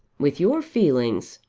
with your feelings,